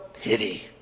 pity